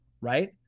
right